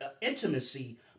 intimacy